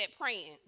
praying